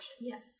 Yes